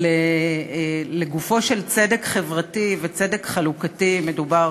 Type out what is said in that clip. אבל לגופו של צדק חברתי וצדק חלוקתי מדובר